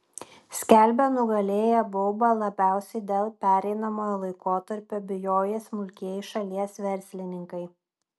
skelbia nugalėję baubą labiausiai dėl pereinamojo laikotarpio bijoję smulkieji šalies verslininkai